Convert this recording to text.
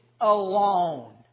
alone